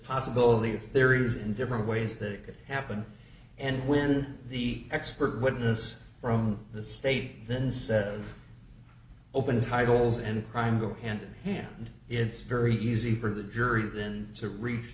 possibility if there is in different ways that could happen and when the expert witness from the state then said it's open titles and crime go hand in hand it's very easy for the jury then to reach